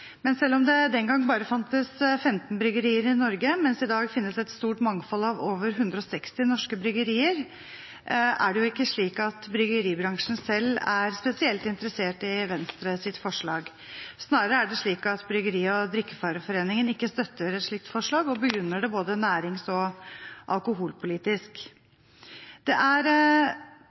Men selv om det den gang bare fantes 15 bryggerier i Norge, mens det i dag finnes et stort mangfold av over 160 norske bryggerier, er det ikke slik at bryggeribransjen selv er spesielt interessert i Venstres forslag. Snarere er det slik at Bryggeri- og drikkevareforeningen ikke støtter et slikt forslag, og begrunner det både nærings- og alkoholpolitisk. Fremskrittspartiet støtter Venstre i denne saken. De andre partiene i komiteen er